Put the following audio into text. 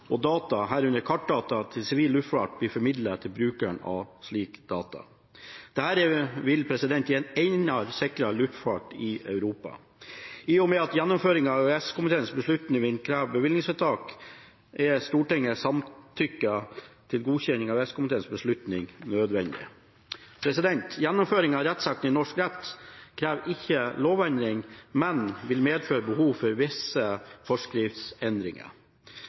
og data, herunder kartdata, til sivil luftfart blir formidlet til brukerne av slike data. Dette vil gi en enda sikrere luftfart i Europa. I og med at gjennomføring av EØS-komiteens beslutning vil kreve bevilgningsvedtak, er Stortingets samtykke til godkjenning av EØS-komiteens beslutning nødvendig. Gjennomføringen av rettsaktene i norsk rett krever ikke lovendring, men vil medføre behov for visse forskriftsendringer.